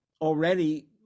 already